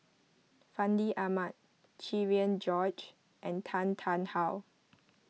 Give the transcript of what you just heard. Fandi Ahmad Cherian George and Tan Tarn How